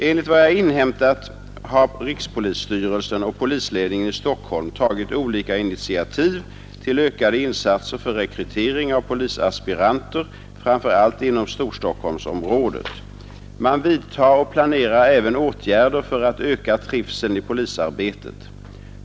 Enligt vad jag har inhämtat har rikspolisstyrelsen och polisledningen i Stockholm tagit olika initiativ till ökade insatser för rekrytering av polisaspiranter framför allt inom Storstockholmsområdet. Man vidtar och planerar även åtgärder för att öka trivseln i polisarbetet.